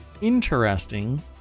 Interesting